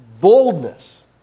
boldness